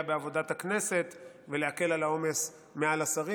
בעבודת הכנסת ולהקל על העומס מעל השרים.